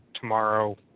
tomorrow